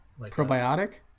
Probiotic